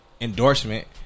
Endorsement